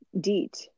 DEET